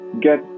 Get